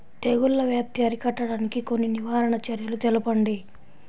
తెగుళ్ల వ్యాప్తి అరికట్టడానికి కొన్ని నివారణ చర్యలు తెలుపండి?